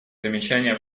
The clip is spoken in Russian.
замечания